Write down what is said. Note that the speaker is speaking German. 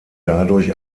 dadurch